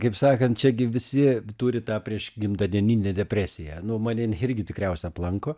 kaip sakant čia gi visi turi tą priešgimtadienę depresiją nu mane jin irgi tikriausia aplanko